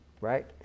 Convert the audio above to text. Right